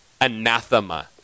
anathema